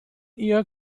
ihr